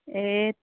ए